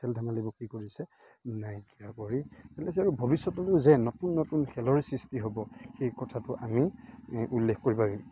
খেল ধেমালিবোৰ কি কৰিছে নাইকিয়া কৰিলে ভৱিষ্যতলৈ যে নতুন নতুন খেলৰ সৃষ্টি হ'ব সেই কথাটো আমি উল্লেখ কৰিব পাৰিম